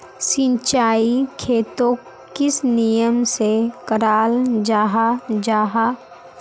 सिंचाई खेतोक किस नियम से कराल जाहा जाहा?